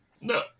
no